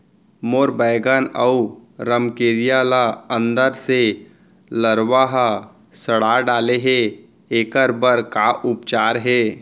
मोर बैगन अऊ रमकेरिया ल अंदर से लरवा ह सड़ा डाले हे, एखर बर का उपचार हे?